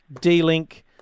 D-Link